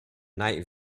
night